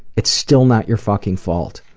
it's still not your fucking fault.